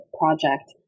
project